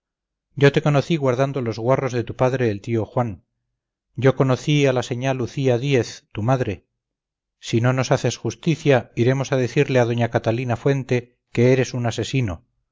yo te conocí guardando los guarros de tu padre el tío juan yo conocí a la señá lucía díez tu madre si no nos haces justicia iremos a decirle a doña catalina fuente que eres un asesino